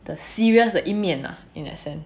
the serious 的一面 lah in that sense